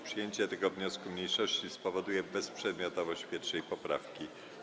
Przyjęcie tego wniosku mniejszości spowoduje bezprzedmiotowość 1. poprawki.